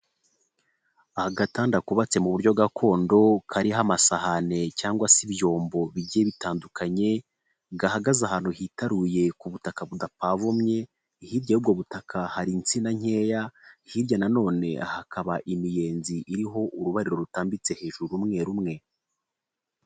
Agatanda kubatse mu buryo gakondo, kariho amasahane cyangwa se ibyombo bigiye bitandukanye, gahagaze ahantu hitaruye ku butaka budapavomye, hirya y'ubwo butaka hari insina nkeya, hirya na none hakaba imiyenzi iriho urubariro rutambitse hejuru, rumwe rumwe.